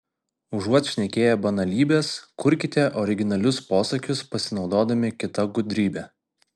užuot šnekėję banalybes kurkite originalius posakius pasinaudodami kita gudrybe